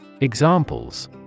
Examples